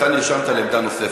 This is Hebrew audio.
אתה נרשמת לעמדה נוספת.